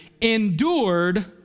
endured